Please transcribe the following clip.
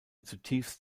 zutiefst